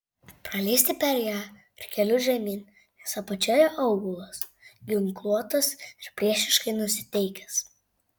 pralįsti per ją ir keliu žemyn nes apačioje aūlas ginkluotas ir priešiškai nusiteikęs